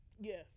Yes